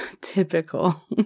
typical